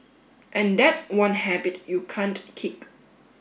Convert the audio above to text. and that's one habit you can't kick